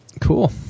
Cool